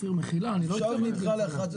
אם תוכלו,